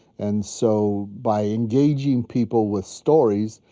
and so by engaging people with stories,